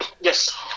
yes